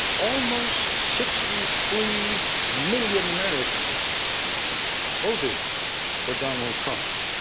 almost sixty three million americans voted for donald trump.